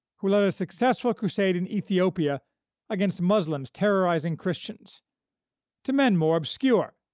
who led a successful crusade in ethiopia against muslims terrorizing christians to men more obscure,